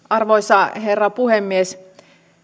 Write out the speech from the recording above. arvoisa herra puhemies